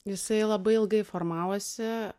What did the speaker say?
jisai labai ilgai formavosi